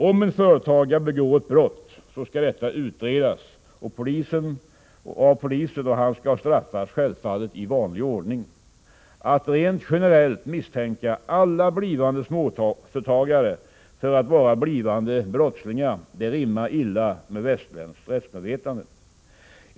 Om en företagare begår ett brott skall detta utredas av polisen, och han skall självfallet straffas i vanlig ordning. Att rent generellt misstänka alla blivande småföretagare för att vara blivande brottslingar rimmar illa med västerländskt rättsmedvetande.